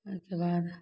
उसके बाद